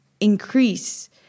increase